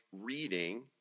reading